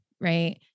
right